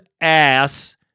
ass